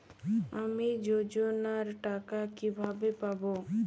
আমি যোজনার টাকা কিভাবে পাবো?